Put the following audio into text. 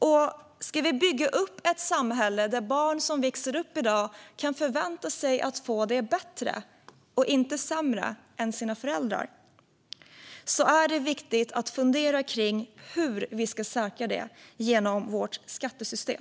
Om vi ska bygga upp ett samhälle där barn som växer upp i dag kan förvänta sig att få det bättre, och inte sämre, än sina föräldrar är det viktigt att fundera på hur vi ska säkra detta genom vårt skattesystem.